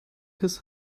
his